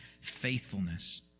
faithfulness